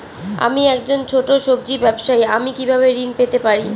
আমি একজন ছোট সব্জি ব্যবসায়ী আমি কিভাবে ঋণ পেতে পারি?